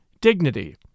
dignity